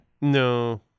No